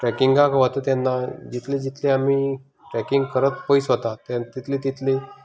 ट्रेकिंगाक वता तेन्ना जितलें जितलें आमी ट्रेकिंग करत पयस वतात तितलें तितलीं